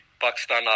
Pakistan